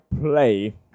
play